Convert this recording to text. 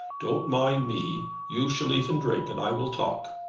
don't mind me. you shall eat and drink, and i will talk.